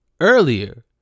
earlier